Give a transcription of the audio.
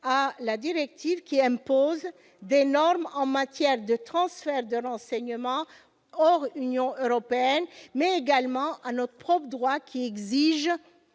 à la directive, qui impose des normes en matière de transfert de renseignements hors Union européenne, mais aussi à notre propre droit : ce